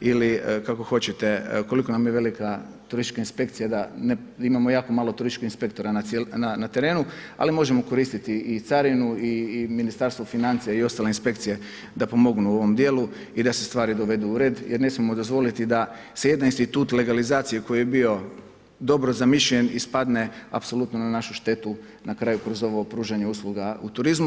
ili kako hoćete, koliko nam je velika turistička inspekcija, da imamo jako malo turističkih inspektora na terenu, ali možemo koristiti i carinu i Ministarstvo financija i ostalu inspekcije da pomognu u ovom dijelu i da se stvari dovedu u red, jer ne smijemo dozvoliti da se jedan institut legalizacije koji je bio dobro zamišljen, ispadne apsolutno na našu štetu na kraju kroz ovo pružanje usluga u turizmu.